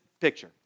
picture